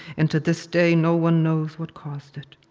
and to this day, no one knows what caused it.